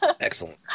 Excellent